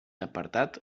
apartat